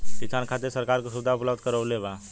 किसान के खातिर सरकार का सुविधा उपलब्ध करवले बा?